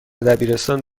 دبیرستان